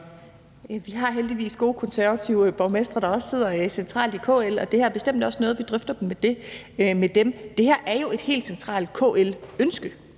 Vi har heldigvis gode konservative borgmestre, der også sidder centralt i KL, og det her er bestemt også noget, vi drøfter med dem. Det her er jo et helt centralt KL-ønske.